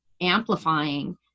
amplifying